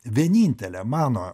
vienintelė mano